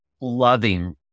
loving